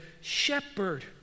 shepherd